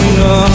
no